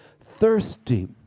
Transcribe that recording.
thirsty